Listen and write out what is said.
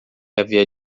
havia